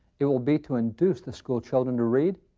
it will be to induce the schoolchildren to read,